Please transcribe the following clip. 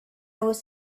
was